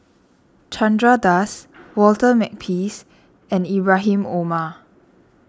Chandra Das Walter Makepeace and Ibrahim Omar